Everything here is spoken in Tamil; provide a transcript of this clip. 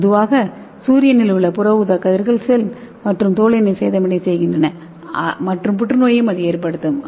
பொதுவாக சூரியனில் உள்ள புற ஊதா கதிர்கள் செல் மற்றும் தோலினை சேதமடைய செய்கின்றன மற்றும் புற்றுநோயையும் அது ஏற்படுத்தும்